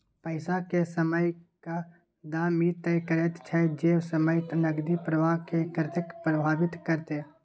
पैसा के समयक दाम ई तय करैत छै जे समय नकदी प्रवाह के कतेक प्रभावित करते